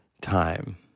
time